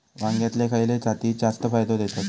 वांग्यातले खयले जाती जास्त फायदो देतत?